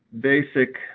basic